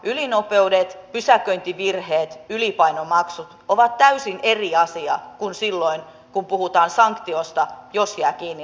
ylinopeudet pysäköintivirheet ylipainomaksut ovat täysin eri asia kuin silloin kun puhutaan sanktiosta jos jää kiinni laittomasta kabotaasista